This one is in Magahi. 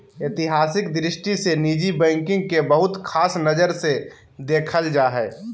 ऐतिहासिक दृष्टि से निजी बैंकिंग के बहुत ख़ास नजर से देखल जा हइ